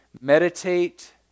meditate